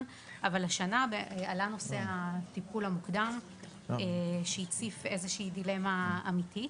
אבל השנה עלה נושא הטיפול המוקדם שהציף דילמה אמיתית,